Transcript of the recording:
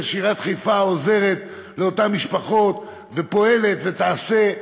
שעיריית חיפה עוזרת לאותן משפחות ופועלת ותעשה.